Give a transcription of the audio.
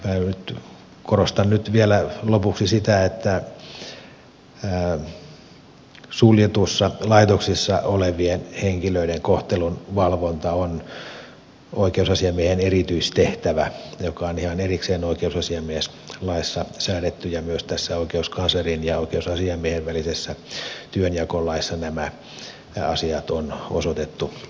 minä korostan nyt vielä lopuksi sitä että suljetuissa laitoksissa olevien henkilöiden kohtelun valvonta on oikeusasiamiehen erityistehtävä joka on ihan erikseen oikeusasiamieslaissa säädetty ja myös tässä oikeuskanslerin ja oikeusasiamiehen välisessä työnjakolaissa nämä asiat on osoitettu oikeusasiamiehelle